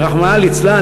שרחמנא ליצלן,